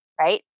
right